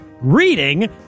reading